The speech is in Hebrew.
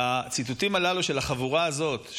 והציטוטים הללו של החבורה הזאת,